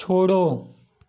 छोड़ो